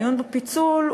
הדיון בפיצול,